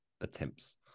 attempts